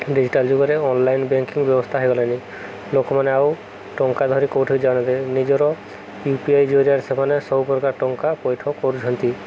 digital ଯୁଗରେ online banking ବ୍ୟବସ୍ଥା ହେଇଗଲାଣିି ଲୋକମାନେ ଆଉ ଟଙ୍କା ଧରି କେଉଁଠିକି ଯାଉନାହାନ୍ତି ନିଜର ୟୁ ପି ଆଇ ଜରିଆରେ ସେମାନେ ସବୁପ୍ରକାର ଟଙ୍କା ପଇଠ କରୁଛନ୍ତି